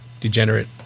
degenerate